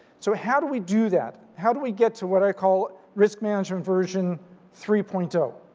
so how do we do that? how do we get to what i call risk management version three point so